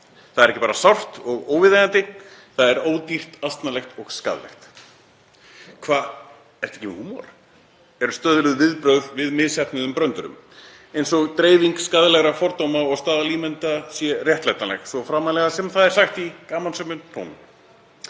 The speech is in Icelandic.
Það er ekki bara sárt og óviðeigandi, það er ódýrt, asnalegt og skaðlegt. Hvað, ertu ekki með húmor? eru stöðluð viðbrögð við misheppnuðum bröndurum, eins og dreifing skaðlegra fordóma og staðalímynda sé réttlætanleg svo framarlega sem það er sagt í gamansömum tón.